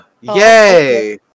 Yay